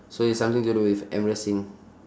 so it's something to do with embarrassing